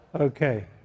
Okay